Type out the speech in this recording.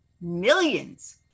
millions